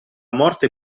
morte